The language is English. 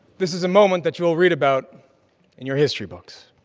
this is a moment that you will read about in your history books.